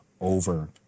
over